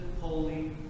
Holy